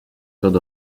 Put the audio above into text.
todd